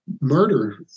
murder